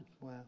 Wow